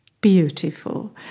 beautiful